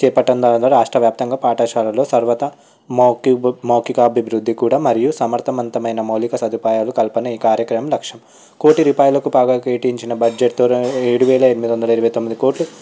చేపట్టడం ద్వారా రాష్ట్రవ్యాప్తంగా పాఠశాలలో సర్వత మౌఖి మౌఖిక అభివృద్ధి కూడా మరియు సమర్థవంతమైన మౌలిక సదుపాయాలు కల్పన ఈ కార్యక్రమం లక్ష్యం కోటి రూపాయలకు పైగా కేటాయించిన బడ్జెట్తో ఏడువేల ఎనిమిది వందల ఇరవై తొమ్మిది కోట్లు